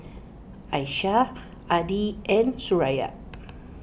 Aisyah Adi and Suraya